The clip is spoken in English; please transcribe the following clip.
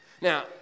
Now